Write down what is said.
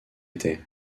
était